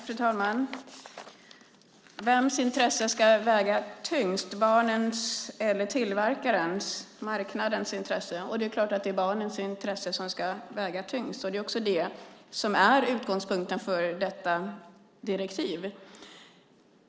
Fru talman! Vems intressen ska väga tyngst - barnens eller tillverkarens, marknadens intressen? Det är klart att det är barnens intressen som ska väga tyngst. Det är också det som är utgångspunkten för detta direktiv.